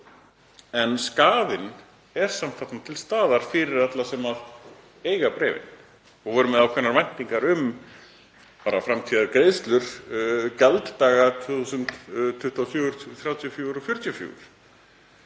En skaðinn er samt þarna til staðar fyrir alla sem eiga bréfin og voru með ákveðnar væntingar um framtíðargreiðslur gjalddaga 2024, 2034